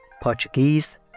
Portuguese